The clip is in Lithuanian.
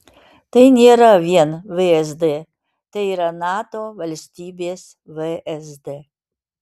tai nėra vien vsd tai yra nato valstybės vsd